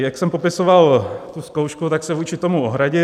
Jak jsem popisoval tu zkoušku, tak se vůči tomu ohradil.